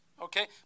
okay